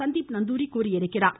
சந்தீப் நந்தூரி தெரிவித்துள்ளார்